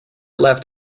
left